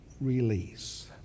release